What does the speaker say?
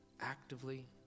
actively